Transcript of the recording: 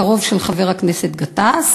הקרוב של חבר הכנסת גטאס,